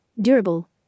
Durable